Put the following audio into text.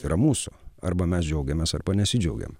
yra mūsų arba mes džiaugiamės arba nesidžiaugiam